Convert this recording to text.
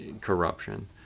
corruption